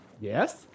Yes